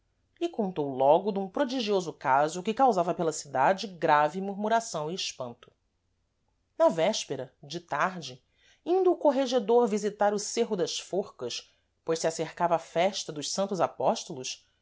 lhe contou logo dum prodigioso caso que causava pela cidade grave murmuração e espanto na véspera de tarde indo o corregedor visitar o cêrro das forcas pois se acercava a festa dos santos apóstolos